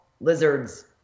lizards